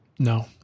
No